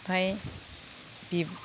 ओमफ्राय बे